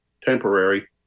temporary